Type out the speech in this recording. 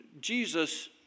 Jesus